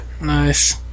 nice